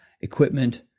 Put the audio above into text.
equipment